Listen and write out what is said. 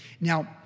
Now